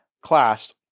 class